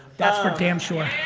that's for damn sure.